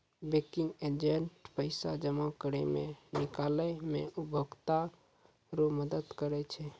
banking agent पैसा जमा करै मे, निकालै मे उपभोकता रो मदद करै छै